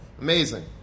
Amazing